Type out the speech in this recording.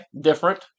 different